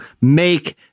make